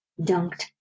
dunked